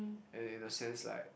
and in a sense like